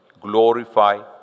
glorify